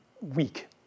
weak